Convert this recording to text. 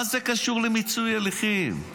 מה זה קשור למיצוי הליכים?